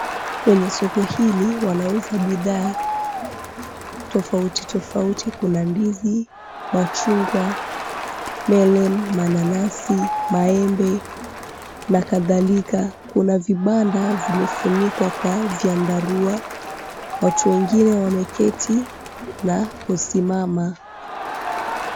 Kwenye soko hili wanauza bidhaa tofauti tofauti. Kuna ndizi, machungwa, melon , mananasi, maembe na kadhalika. Kuna vibanda vimefunikwa kwa vyandarua, watu wengine wameketi na kusimama.